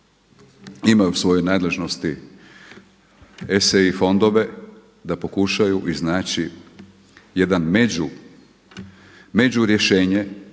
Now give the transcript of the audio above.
imaju u svojoj nadležnosti ESI-e i fondove da pokušaju iznaći jedan među, među rješenje